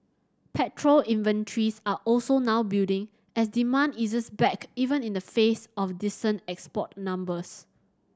petrol inventories are also now building as demand eases back even in the face of decent export numbers